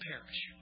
perish